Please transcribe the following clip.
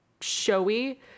showy